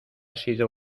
sido